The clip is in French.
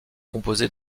composée